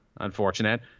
unfortunate